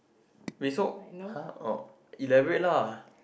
we saw [huh] oh elaborate lah